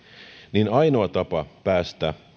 niin ainoa tapa päästä